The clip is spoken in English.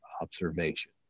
observation